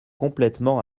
complètement